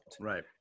Right